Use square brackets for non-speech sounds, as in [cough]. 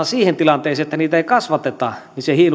[unintelligible] siihen tilanteeseen että niitä ei kasvateta niin se